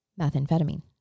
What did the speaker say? methamphetamine